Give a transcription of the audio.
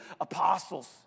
apostles